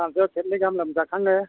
सानसेयाव खेबनैगाहाम लोमजाखाङो